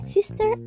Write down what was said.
Sister